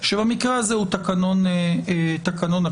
שבמקרה הזה הוא תקנון הכנסת,